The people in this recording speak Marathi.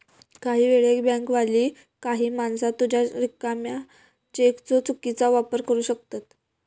काही वेळेक बँकवाली काही माणसा तुझ्या रिकाम्या चेकचो चुकीचो वापर करू शकतत